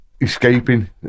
escaping